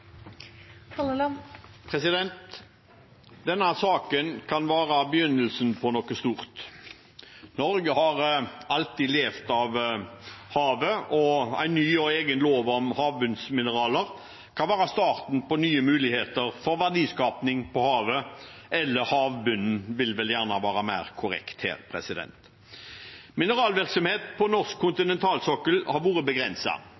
Denne saken kan være begynnelsen på noe stort. Norge har alltid levd av havet, og en ny og egen lov om havbunnsmineraler kan være starten på nye muligheter for verdiskaping på havet – eller havbunnen vil vel gjerne være mer korrekt her. Mineralvirksomhet på norsk kontinentalsokkel har vært